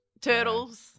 Turtles